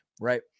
right